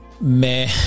man